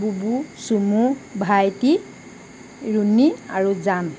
বুবু চুমু ভাইটি ৰুণি আৰু জান